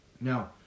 Now